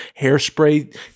hairspray